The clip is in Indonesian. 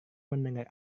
mendengar